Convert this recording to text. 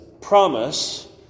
promise